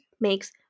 makes